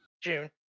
June